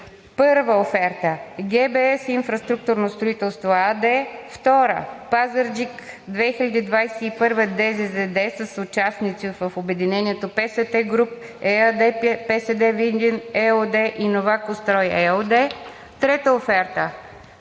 Първа оферта – „ГБС Инфраструктурно строителство“ АД Втора оферта – „Пазарджик 2021“ ДЗЗД с участници в обединението „ПСТ Груп“ ЕАД, „ПСТ Видин“ ЕООД и „Новако Строй“ ЕООД. Трета оферта –